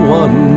one